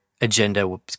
agenda